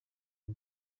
une